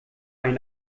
ein